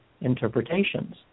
interpretations